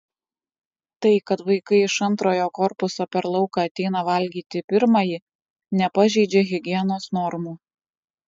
tai kad vaikai iš antrojo korpuso per lauką ateina valgyti į pirmąjį nepažeidžia higienos normų